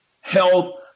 health